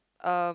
um